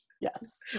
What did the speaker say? Yes